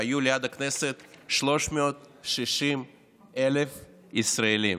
היו ליד הכנסת 360,000 ישראלים.